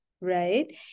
right